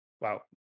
Wow